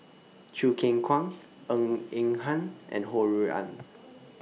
Choo Keng Kwang Ng Eng Hen and Ho Rui An